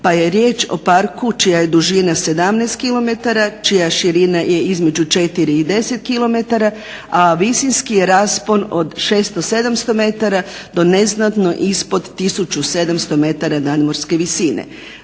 pa je riječ o parku čija je dužina 17 km čija širina je između 4 i 10 km, a visinski je raspon od 600, 700 metara do neznatno ispod tisuću 700 metara nadmorske visine.